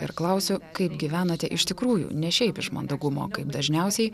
ir klausiu kaip gyvenote iš tikrųjų ne šiaip iš mandagumo kaip dažniausiai